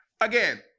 Again